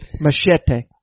machete